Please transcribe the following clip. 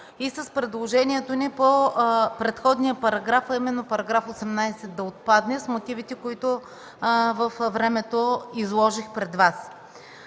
и с предложението ни по предходния параграф, а именно § 18 да отпадне. Мотивите във времето изложих пред Вас.